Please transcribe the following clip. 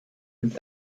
und